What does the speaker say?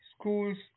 schools